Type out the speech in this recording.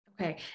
Okay